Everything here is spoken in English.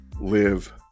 live